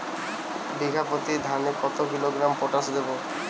বিঘাপ্রতি ধানে কত কিলোগ্রাম পটাশ দেবো?